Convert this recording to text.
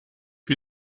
wie